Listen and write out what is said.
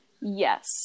Yes